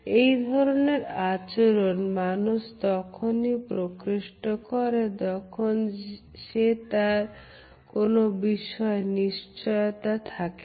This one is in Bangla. এই ধরনের আচরণ মানুষ তখনই প্রকৃষ্ট করে যখন সে তার কোন বিষয়ে নিশ্চিত থাকে না